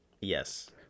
Yes